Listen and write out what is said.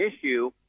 issue